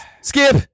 Skip